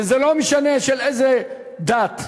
וזה לא משנה של איזה דת,